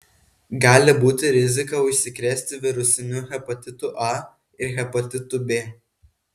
gali būti rizika užsikrėsti virusiniu hepatitu a ir hepatitu b